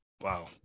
wow